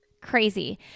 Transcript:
Crazy